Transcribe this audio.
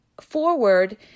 forward